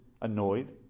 annoyed